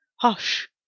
Hush